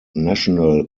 national